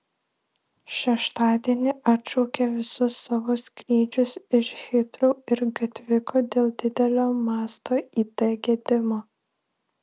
šeštadienį atšaukė visus savo skrydžius iš hitrou ir gatviko dėl didelio masto it gedimo